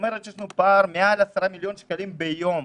יש לנו פער של מעל 10 מיליון שקלים ביום,